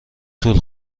طول